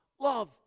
love